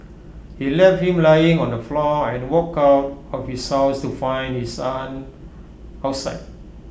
he left him lying on the floor and walked out of his house to find his aunt outside